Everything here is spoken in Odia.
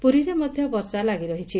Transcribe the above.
ପୁରୀରେ ମଧ୍ଧ ବର୍ଷା ଲାଗି ରହିଛି